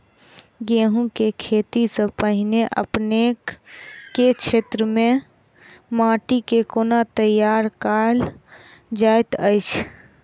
गेंहूँ केँ खेती सँ पहिने अपनेक केँ क्षेत्र मे माटि केँ कोना तैयार काल जाइत अछि?